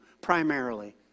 primarily